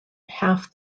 half